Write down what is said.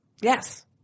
Yes